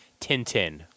Tintin